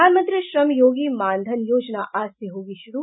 प्रधानमंत्री श्रम योगी मान धन योजना आज से होगी श्रू